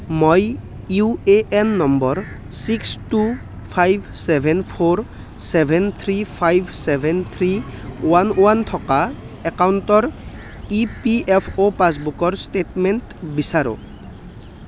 মই U A N number six two five seven four seven three five seven three one one থকা একাউণ্টৰ E P F O পাছবুকৰ statement বিচাৰোঁ